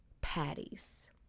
patties